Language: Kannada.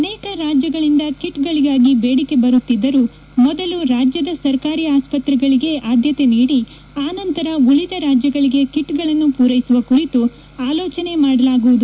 ಅನೇಕ ರಾಜ್ಯಗಳಿಂದ ಕಿಟ್ಗಳಿಗಾಗಿ ಬೇಡಿಕೆ ಬರುತ್ತಿದ್ದರೂ ಮೊದಲು ರಾಜ್ಯದ ಸರ್ಕಾರಿ ಆಸ್ಪತ್ರೆಗಳಿಗೆ ಆದ್ಯತೆ ನೀಡಿ ಆ ನಂತರ ಉಳಿದ ರಾಜ್ಯಗಳಿಗೆ ಕಿಟ್ಗಳನ್ನು ಪೂರೈಸುವ ಕುರಿತು ಆಲೋಚನೆ ಮಾಡಲಾಗುವುದು